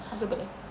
comfortable eh